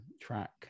track